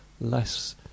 Less